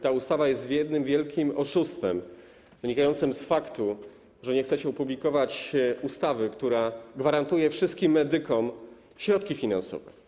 Ta ustawa jest jednym wielkim oszustwem wynikającym z faktu, że nie chcecie opublikować ustawy, która gwarantuje wszystkim medykom środki finansowe.